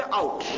out